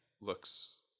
looks